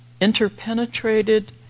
interpenetrated